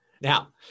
Now